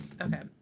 okay